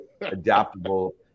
adaptable